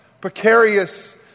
precarious